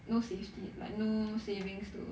no safety like no savings to